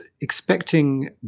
expecting